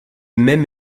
même